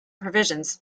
provisions